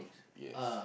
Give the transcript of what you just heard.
yes